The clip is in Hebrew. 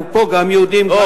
אנחנו פה גם יהודים וגם ישראלים.